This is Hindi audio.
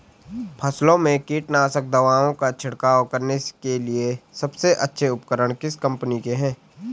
फसलों में कीटनाशक दवाओं का छिड़काव करने के लिए सबसे अच्छे उपकरण किस कंपनी के हैं?